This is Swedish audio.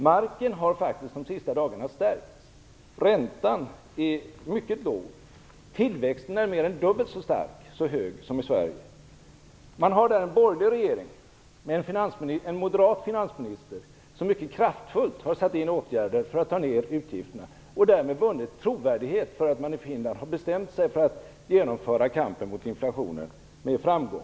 Marken har faktiskt stärkts under de senaste dagarna. Räntan är mycket låg. Tillväxten är mer än dubbelt så hög som i Sverige. Man har där en borgerlig regering med en moderat finansminister som mycket kraftfullt har satt in åtgärder för att minska utgifterna och därmed vunnit trovärdighet för att man i Finland har bestämt sig för att genomföra kampen mot inflationen med framgång.